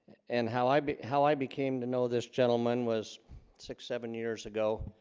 and how i be how i became to know this gentleman was six seven years ago